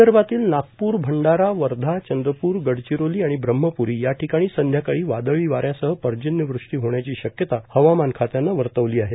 विदर्भातील नागप्र भंडारा वर्धा चंद्रप्र गडचिरोली आणि ब्रह्मप्री याठिकाणी संध्याकाळी वादळी वाऱ्यासह पर्जन्यवृष्टी होण्याची शक्यता हवामान खात्यानं वर्तवली आहे